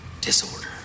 Disorder